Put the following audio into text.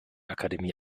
akademie